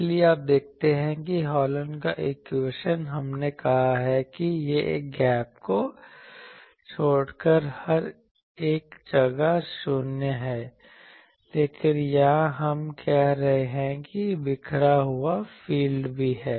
इसलिए आप देखते हैं कि हॉलन का इक्वेशन हमने कहा है कि यह गैप को छोड़कर हर जगह शून्य है लेकिन यहां हम कह रहे हैं कि एक बिखरा हुआ फील्ड भी है